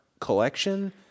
collection